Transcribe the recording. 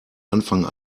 anfang